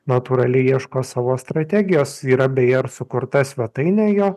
natūraliai ieško savo strategijos yra beje ir sukurta svetainė jo